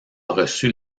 reçu